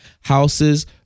houses